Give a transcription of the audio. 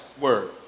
word